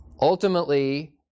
Ultimately